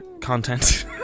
content